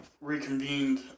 reconvened